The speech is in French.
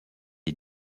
est